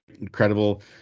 incredible